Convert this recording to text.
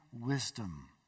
wisdom